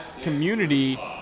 community